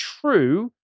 true